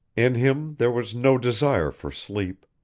in him there was no desire for sleep.